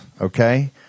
Okay